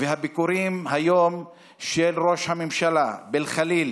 והביקורים היום של ראש הממשלה באל-ח'ליל